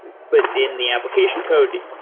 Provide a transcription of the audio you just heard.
but in the application code,